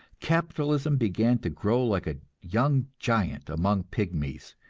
capitalism began to grow like a young giant among pygmies.